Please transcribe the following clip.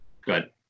good